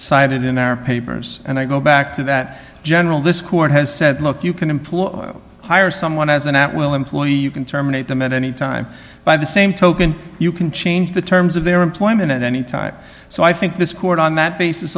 cited in our papers and i go back to that general this court has said look you can employ hire someone as an at will employee you can terminate them at any time by the same token you can change the terms of their employment at any time so i think this court on that basis